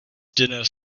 dinner